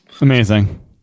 Amazing